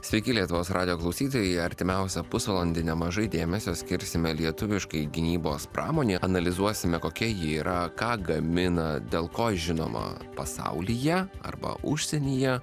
sveiki lietuvos radijo klausytojai artimiausią pusvalandį nemažai dėmesio skirsime lietuviškai gynybos pramonei analizuosime kokia ji yra ką gamina dėl ko žinoma pasaulyje arba užsienyje